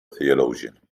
theologian